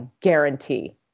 guarantee